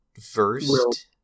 versed